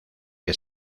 que